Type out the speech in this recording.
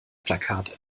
plakat